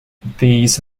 these